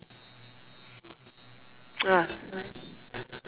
ah